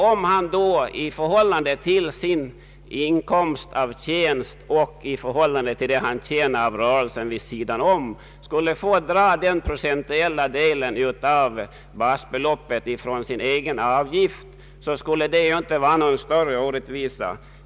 Om han i förhållande till sin inkomst av tjänst och i förhållande till det som han tjänar i rörelsen vid sidan om skulle få dra den procentuella delen av basbeloppet från sin egen avgift, skulle det inte innebära någon större orättvisa.